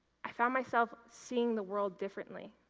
i found myself seeing the world differently.